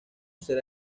será